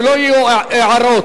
שלא יהיו הערות.